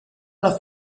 alla